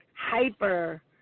hyper